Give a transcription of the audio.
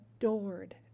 adored